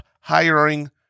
hiring